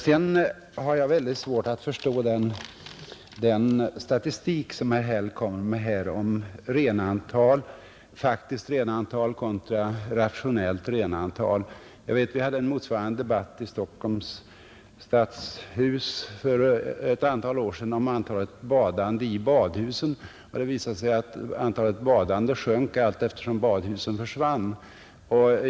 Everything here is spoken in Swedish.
Jag har mycket svårt att förstå den statistik som herr Häll lagt fram om faktiskt renantal kontra rationellt renantal. Vi förde en motsvarande debatt i Stockholms Stadshus för ett antal år sedan om antalet badande i badhusen. Det visade sig att antalet badande sjönk allteftersom badhusen försvann.